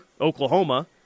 Oklahoma